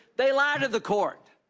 they lie to the court.